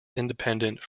independent